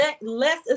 less